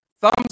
Thumbs